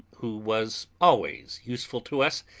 who was always useful to us,